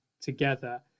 together